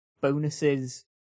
bonuses